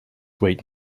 weight